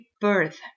birth